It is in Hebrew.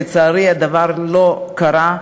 לצערי, הדבר לא קרה,